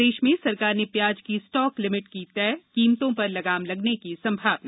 प्रदेश में सरकार ने प्याज की स्टॉक लिमिट की तय कीमतों पर लगाम लगने की संभावना